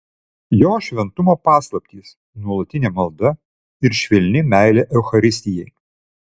jo šventumo paslaptys nuolatinė malda ir švelni meilė eucharistijai